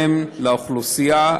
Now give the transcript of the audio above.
ההתייעלות